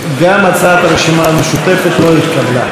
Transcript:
גם הצעת הרשימה המשותפת לא התקבלה.